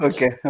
Okay